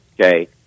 Okay